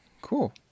cool